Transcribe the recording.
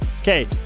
Okay